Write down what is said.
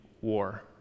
war